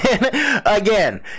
again